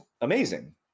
amazing